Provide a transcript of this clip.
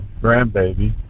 grandbaby